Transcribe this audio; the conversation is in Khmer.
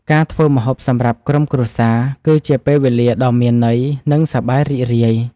ការធ្វើម្ហូបសម្រាប់ក្រុមគ្រួសារ គឺជាពេលវេលាដ៏មានន័យ និងសប្បាយរីករាយ។